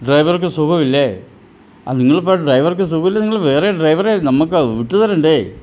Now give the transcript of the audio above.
ഡ്രൈവർക്ക് സുഖമില്ലേ അത് നിങ്ങളിപ്പം ഡ്രൈവർക്ക് സുഖമില്ലെങ്കിൽ നിങ്ങൾ വേറെ ഡ്രൈവറെ നമുക്ക് വിട്ടു തരണ്ടേ